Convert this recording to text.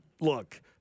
look